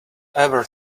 ever